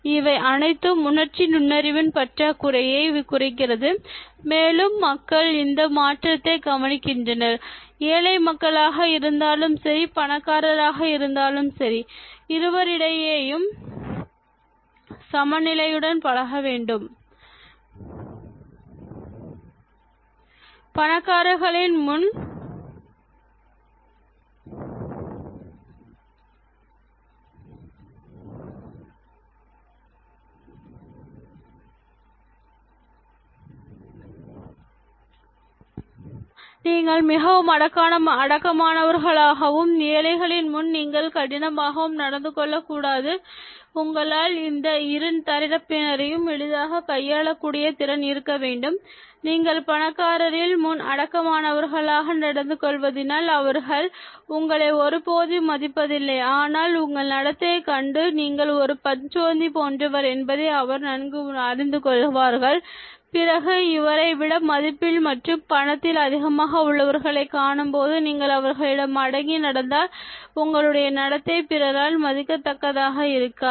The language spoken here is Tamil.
இவை அனைத்துமே உணர்ச்சி நுண்ணறிவின் பற்றாக்குறையை குறிக்கிறது மேலும் மக்கள் இந்த மாற்றத்தை கவனிக்கின்றனர் ஏழை மக்களாக இருந்தாலும் சரி பணக்காரராக இருந்தாலும் சரி இருவருக்கிடையேயும் சமநிலையுடன் பழக வேண்டும் பணக்காரர்களின் முன் நீங்கள் மிகவும் அடக்கமானவர்களாகவும் ஏழைகளின் முன் நீங்கள் கடினமாகவும் நடந்து கொள்ளக் கூடாது உங்களால் இந்த இரு தரப்பினரையும் எளிதாக கையாளக்கூடிய திறன் இருக்க வேண்டும் நீங்கள் பணக்காரர் இல் முன் அடக்க மாணவர்களாக நடந்து கொள்வதினால் அவர்கள் உங்களை ஒருபோதும் மதிப்பதில்லை ஆனால் உங்கள் நடத்தையைக் கண்டு நீங்கள் ஒரு பச்சோந்தி போன்றவர் என்பதை அவர் நன்கு அறிந்து கொள்வார்கள் பிறகு இவரை விட மதிப்பில் மற்றும் பணத்தில் அதிகமாக உள்ளவர்களைக் காணும் பொழுது நீங்கள் அவர்களிடம் அடங்கி நடந்தால் உங்களுடைய நடத்தை பிறரால் மதிக்கத்தக்கதாக இருக்காது